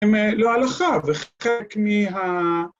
‫הם לא הלכה וחלק מה...